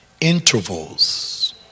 intervals